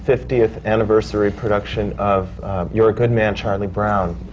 fiftieth anniversary production of you're a good man, charlie brown.